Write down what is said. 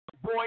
Boy